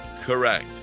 correct